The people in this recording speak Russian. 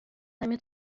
нами